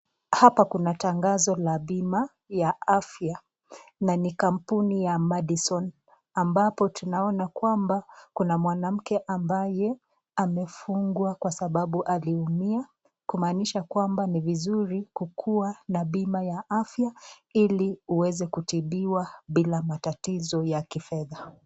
Hapa kuna tangazo la bima ya afya na ni kambuni ya Madison ambapo tunaona kwamba kuna mwanamke ambaye amefungwa kwa sababu aliumia kumabisha kwamba ni vizuri kukuwa na bima ya afya ili uweze kutibiwa bila matatizo ya kifedha.